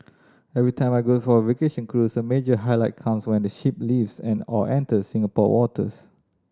every time I go for a vacation cruise a major highlight comes when the ship leaves and or enters Singapore waters